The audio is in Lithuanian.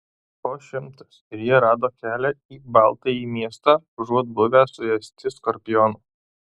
po šimtas ir jie rado kelią į baltąjį miestą užuot buvę suėsti skorpionų